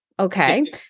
Okay